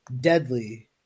deadly